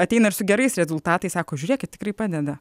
ateina ir su gerais rezultatais sako žiūrėkit tikrai padeda